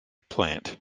plant